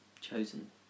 chosen